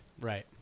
Right